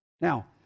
Now